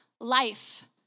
Life